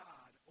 God